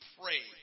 pray